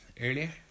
earlier